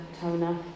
toner